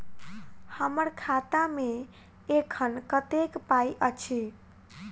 हम्मर खाता मे एखन कतेक पाई अछि?